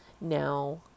Now